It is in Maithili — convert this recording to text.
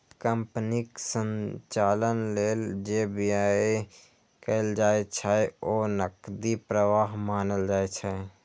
कंपनीक संचालन लेल जे व्यय कैल जाइ छै, ओ नकदी प्रवाह मानल जाइ छै